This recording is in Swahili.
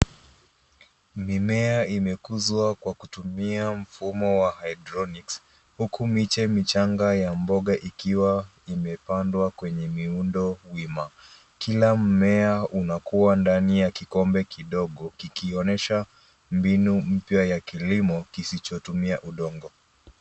Mimea imekuzwa kwa kutumia mfumo wa hydroponic huku miche michanga ya mboga ikiwa imepandwa kwenye miundo wima. Kila mmea unakua ndani ya kikombe kidogo kikionyesha mbinu mpya ya kilimo kisichotumia udongo.